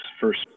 first